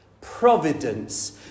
Providence